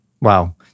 Wow